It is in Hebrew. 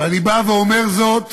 ואני בא ואומר זאת